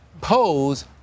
Pose